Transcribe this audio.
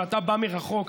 ואתה בא מרחוק,